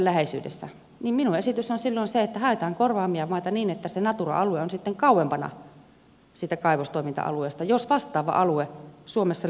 minun esitykseni on silloin se että haetaan korvaavia maita niin että se natura alue on kauempana kaivostoiminta alueesta jos vastaava alue suomessa löytyy